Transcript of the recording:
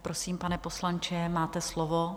Prosím, pane poslanče, máte slovo.